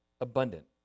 abundant